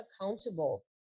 accountable